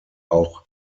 auch